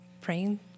praying